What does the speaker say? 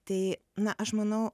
tai na aš manau